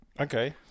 okay